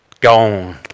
gone